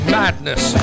madness